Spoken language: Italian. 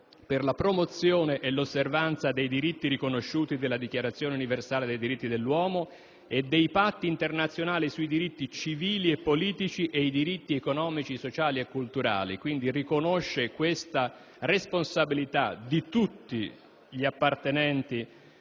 per la promozione e l'osservanza dei diritti riconosciuti dalla Dichiarazione universale dei diritti dell'uomo e dai Patti internazionali sui diritti civili e politici e sui diritti economici, sociali e culturali». Si riconosce pertanto questa responsabilità di tutti gli appartenenti